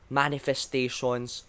manifestations